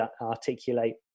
articulate